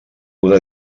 una